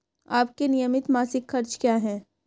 आपके नियमित मासिक खर्च क्या हैं?